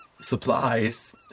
supplies